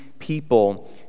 People